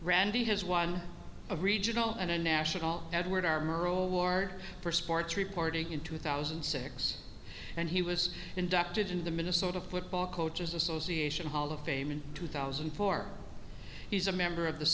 randy has won a regional and national edward r murrow award for sports reporting in two thousand and six and he was inducted into the minnesota football coaches association hall of fame in two thousand and four he's a member of the